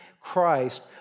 Christ